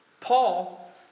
Paul